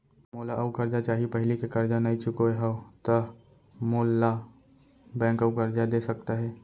मोला अऊ करजा चाही पहिली के करजा नई चुकोय हव त मोल ला बैंक अऊ करजा दे सकता हे?